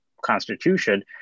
constitution